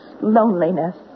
loneliness